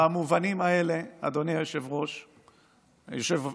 עכשיו, במובנים האלה, אדוני יושב-ראש הישיבה,